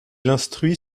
instruit